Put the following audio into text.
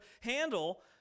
handle